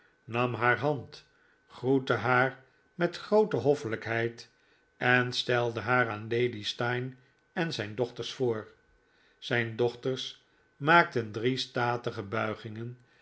nam haar hand groette haar met groote hoffelijkheid en stelde haar aan lady steyne en zijn dochters voor zijn dochters maakten drie statige buigingen